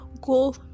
go